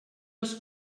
els